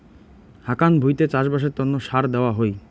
হাকান ভুঁইতে চাষবাসের তন্ন সার দেওয়া হই